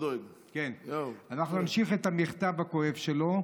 אנחנו נמשיך את המכתב הכואב שלו.